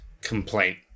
complaint